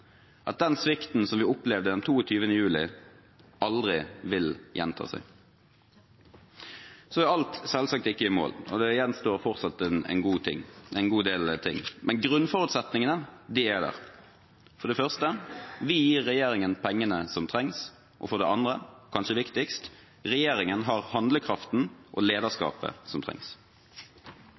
at den svikten vi opplevde den 22. juli, aldri vil gjenta seg. Alt er selvsagt ikke i mål, for det gjenstår fortsatt en god del ting, men grunnforutsetningene er der. For det første: Vi gir regjeringen pengene som trengs. Og for det andre, og kanskje viktigst: Regjeringen har handlekraften og lederskapet som trengs.